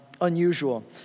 unusual